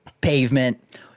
pavement